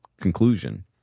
conclusion